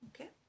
Okay